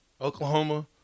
Oklahoma